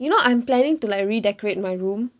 you know I'm planning to like redecorate my room